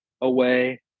away